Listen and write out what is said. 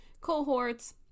cohorts